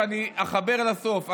אני אחבר לסוף,